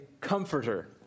comforter